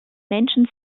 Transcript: menschen